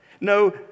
No